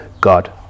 God